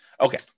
Okay